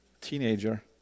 Teenager